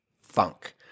Funk